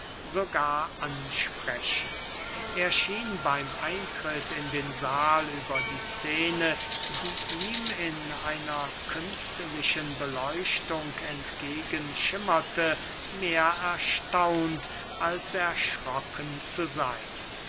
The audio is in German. sogar ansprechend er schien beym eintritt in den sahl über die scene die ihm bey einer künstlichen beleuchtung entgegen schimmerte mehr erstaunt als erschrocken zu seyn